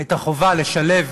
את החובה לשלב